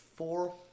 Four